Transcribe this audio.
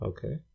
Okay